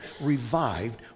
revived